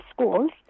schools